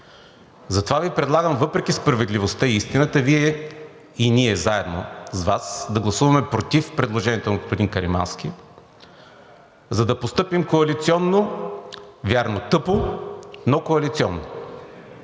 Затова Ви предлагам, въпреки справедливостта и истината, Вие и ние заедно с Вас да гласуваме „против“ предложението на господин Каримански, за да постъпим коалиционно – вярно тъпо, но коалиционно,